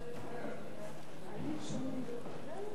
להעביר את הצעת חוק